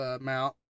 mount